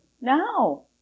No